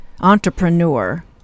Entrepreneur